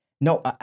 No